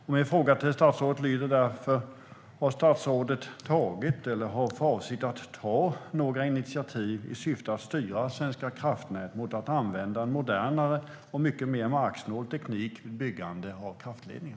Min fråga till statsrådet lyder därför: Har statsrådet tagit eller har han för avsikt att ta några initiativ i syfte att styra Svenska kraftnät mot att använda modernare och mycket mer marksnål teknik vid byggande av kraftledningar?